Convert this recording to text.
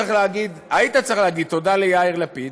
היית צריך להגיד תודה ליאיר לפיד,